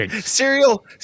Cereal